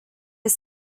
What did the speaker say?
his